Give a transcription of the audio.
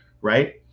right